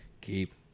keep